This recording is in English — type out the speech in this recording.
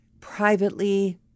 privately